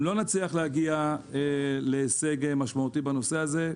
אם לא נצליח להגיע להישג משמעותי בנושא הזה,